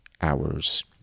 hours